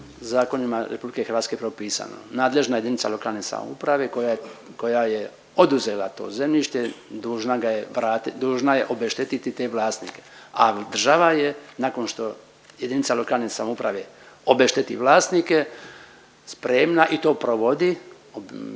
Zakonima RH je propisano nadležna jedinica lokalne samouprave koja je oduzela to zemljište, dužna ga je vratit, dužna je obeštetiti te vlasnike, a država je nakon što jedinica lokalne samouprave obešteti vlasnike spremna i to provodi, taj